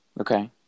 Okay